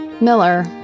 Miller